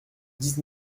dix